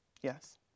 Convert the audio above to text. Yes